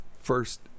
first